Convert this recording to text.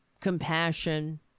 compassion